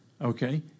Okay